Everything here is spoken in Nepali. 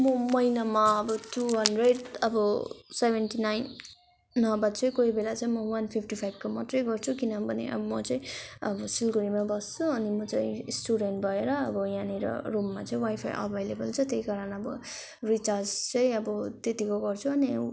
म महिनामा अब टु हन्ड्रेड अब सेभेन्टी नाइन नभए चाहिँ कोही बेला चाहिँ म वान फिफ्टी फाइभको मात्रै गर्छु किनभने अब म चाहिँ अब सिलगुडीमा बस्छु अनि म चाहिँ स्टुडेन्ट भएर अब यहाँनिर रूममा चाहिँ वाइ फाइ अभाइलेबल छ त्यही कारण अब रिचार्ज चाहिँ अब त्यतिको गर्छ अनि